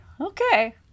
Okay